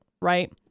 Right